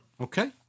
Okay